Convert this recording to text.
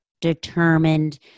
determined